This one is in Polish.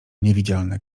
niewidzialne